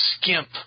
skimp